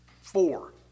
Four